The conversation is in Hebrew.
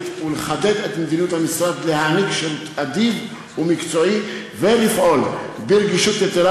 ולחדד את מדיניות המשרד לתת שירות אדיב ומקצועי ולפעול ברגישות יתרה,